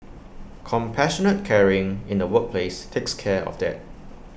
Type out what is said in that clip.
compassionate caring in the workplace takes care of that